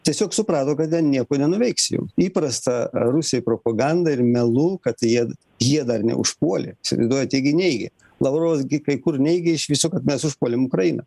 tiesiog suprato kad ten nieko nenuveiksi jau įprasta rusijai propoganda ir melu kad jie jie dar neužpuolė įsivaizduojat jie gi niegė lavrovas gi kai kur neigė iš viso kad mes užpuolėm ukrainą